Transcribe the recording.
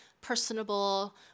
personable